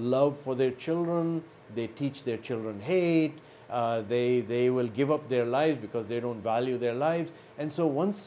love for their children they teach their children hate they they will give up their lives because they don't value their lives and so once